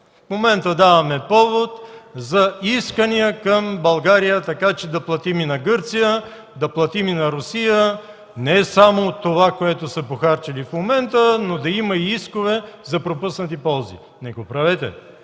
В момента даваме повод за искания към България така, че да платим и на Гърция, да платим и на Русия не само, което е похарчено в момента, но да има и искове за пропуснати ползи! Не го правете!